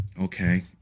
okay